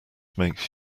makes